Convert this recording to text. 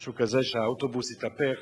משהו כזה, שהאוטובוס התהפך